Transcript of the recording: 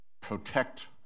protect